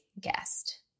guest